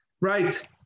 Right